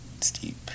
steep